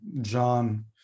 John